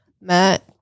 Matt